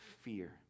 fear